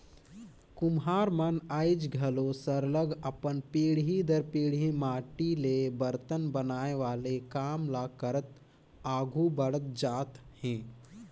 कुम्हार मन आएज घलो सरलग अपन पीढ़ी दर पीढ़ी माटी ले बरतन बनाए वाले काम ल करत आघु बढ़त जात हें